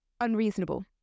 unreasonable